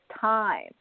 time